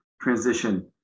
transition